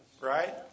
right